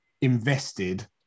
invested